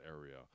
area